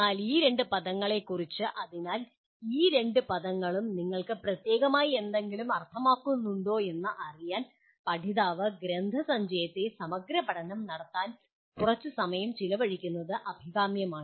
എന്നാൽ ഈ രണ്ട് പദങ്ങളെക്കുറിച്ച് അതിനാൽ ഈ രണ്ട് പദങ്ങളും നിങ്ങൾക്ക് പ്രത്യേകമായി എന്തെങ്കിലും അർത്ഥമാക്കുന്നുണ്ടോ എന്ന് അറിയാൻ പഠിതാവ് ഗ്രന്ഥസഞ്ചയത്തെ സമഗ്രപഠനം നടത്താൻ കുറച്ച് സമയം ചിലവഴിക്കുന്നത് അഭികാമ്യമാണ്